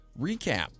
recap